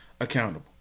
accountable